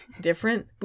different